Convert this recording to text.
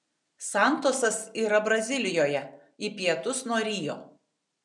santosas yra brazilijoje į pietus nuo rio